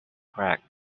crack